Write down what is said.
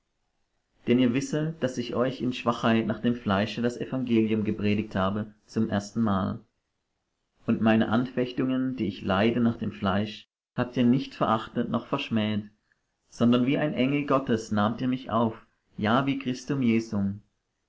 denn ihr wisset daß ich euch in schwachheit nach dem fleisch das evangelium gepredigt habe zum erstenmal und meine anfechtungen die ich leide nach dem fleisch habt ihr nicht verachtet noch verschmäht sondern wie ein engel gottes nahmet ihr mich auf ja wie christum jesum